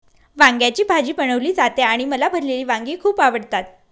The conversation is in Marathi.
वांग्याची भाजी बनवली जाते आणि मला भरलेली वांगी खूप आवडतात